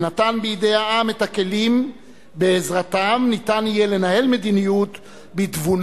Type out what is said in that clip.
ונתן בידי העם את הכלים שבעזרתם ניתן יהיה לנהל מדיניות בתבונה,